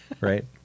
Right